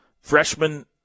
Freshman